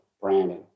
Brandon